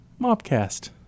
Mobcast